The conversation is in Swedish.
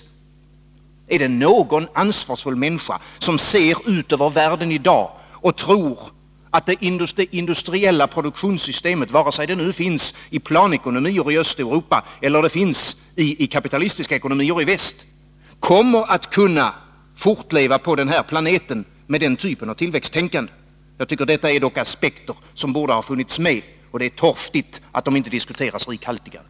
Finns det någon ansvarsfull människa i dag som ser ut över världen och tror att det industriella produktionssystemet— vare sig det nu finns i planekonomier i Östeuropa eller det finns i kapitalistiska ekonomier i väst — kommer att kunna fortleva på den här planeten med den typen av tillväxttänkande? Jag tycker detta är aspekter som borde ha funnits med, och det är torftigt att de inte diskuteras rikhaltigare.